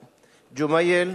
ג'מאייל,